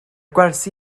gwersi